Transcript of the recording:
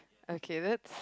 okay that's